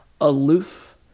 aloof